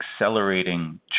accelerating